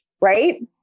Right